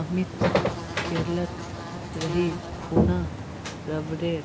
अमित केरलत रही खूना रबरेर